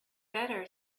better